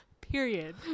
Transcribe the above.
Period